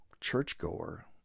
churchgoer